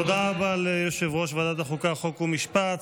תודה רבה ליושב-ראש ועדת החוקה, חוק ומשפט.